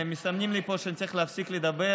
מסמנים לי פה שאני צריך להפסיק לדבר,